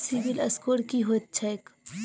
CIBIL score की होइत छैक?